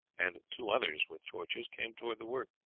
and two others with torches, came towards the work.